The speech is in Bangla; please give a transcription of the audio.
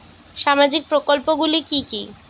সামাজিক প্রকল্প গুলি কি কি?